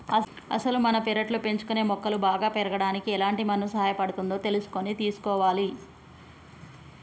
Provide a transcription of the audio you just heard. అసలు మనం పెర్లట్లో పెంచుకునే మొక్కలు బాగా పెరగడానికి ఎలాంటి మన్ను సహాయపడుతుందో తెలుసుకొని తీసుకోవాలి